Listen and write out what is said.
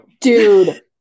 dude